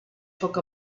took